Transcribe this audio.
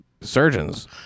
surgeons